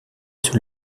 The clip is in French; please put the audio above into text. sous